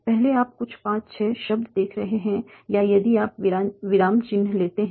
पहले आप कुछ 5 6 शब्द देख रहे हैं या यदि आप विराम चिह्न लेते हैं